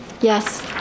Yes